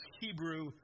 Hebrew